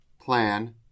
plan